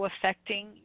affecting